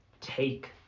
take